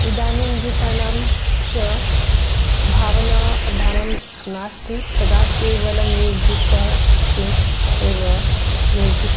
इदानीं गीतानां च भावना प्रधानं नास्ति तदा केवलं म्यूसिक् सिस्टिम् एव म्यूसिक्